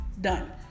Done